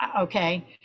okay